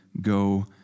go